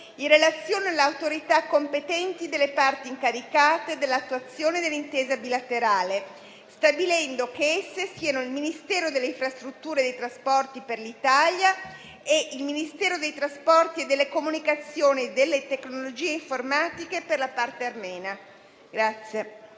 in relazione alle autorità competenti delle parti incaricate dell'attuazione dell'intesa bilaterale, stabilendo che esse siano il Ministero delle infrastrutture e dei trasporti per l'Italia e il Ministero dei trasporti, delle comunicazioni e delle tecnologie informatiche per la parte armena.